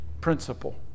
principle